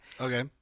Okay